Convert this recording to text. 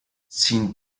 sin